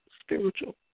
spiritual